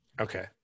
Okay